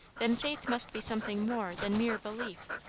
then faith must be something more than mere belief.